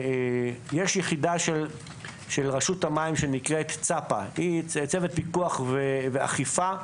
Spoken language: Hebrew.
יש יחידה של רשות המים שנקראת צפ"א צוות פיקוח ואכיפה,